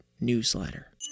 newsletter